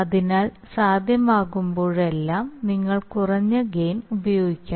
അതിനാൽ സാധ്യമാകുമ്പോഴെല്ലാം നിങ്ങൾ കുറഞ്ഞ ഗെയിൻ ഉപയോഗിക്കണം